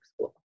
school